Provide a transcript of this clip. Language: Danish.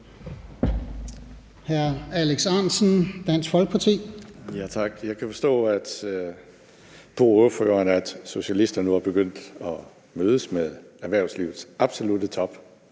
på ordføreren, at socialisterne er begyndt at mødes med erhvervslivets absolutte top,